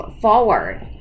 forward